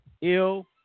Ill